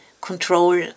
control